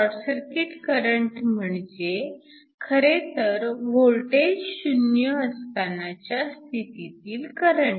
short circuit current म्हणजे खरेतर voltage 0 असतानाच्या स्थितीतील करंट